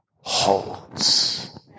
holds